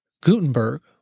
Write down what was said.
Gutenberg